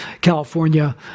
California